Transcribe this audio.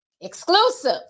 Exclusive